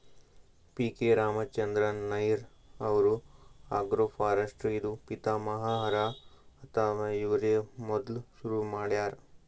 P K Ramachandran Nair ಅವ್ರು agroforestry ದೂ ಪಿತಾಮಹ ಹರಾ ಅಥವಾ ಇವ್ರೇ ಮೊದ್ಲ್ ಶುರು ಮಾಡ್ಯಾರ್